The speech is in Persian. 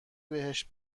بهش